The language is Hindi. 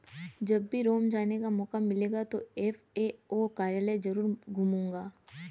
जब भी रोम जाने का मौका मिलेगा तो एफ.ए.ओ कार्यालय जरूर घूमूंगा